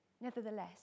Nevertheless